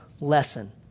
lesson